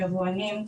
יבואנים,